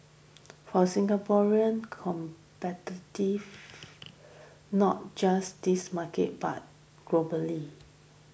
for Singaporean competitive not just this market but globally